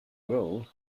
role